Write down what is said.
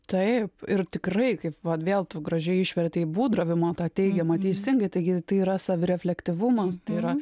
taip ir tikrai kaip va vėl tu gražiai išvertei būdravimo tą teigiamą teisingai taigi tai yra savireflektyvumas tai yra